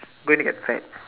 going to get fat